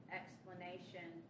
explanation